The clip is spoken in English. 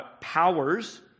powers